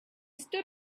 stood